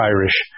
Irish